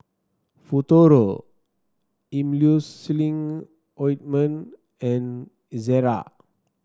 Futuro Emulsying Ointment and Ezerra